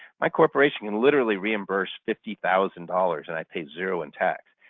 my corporation can literally reimburse fifty thousand dollars and i pay zero in tax.